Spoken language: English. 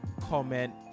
comment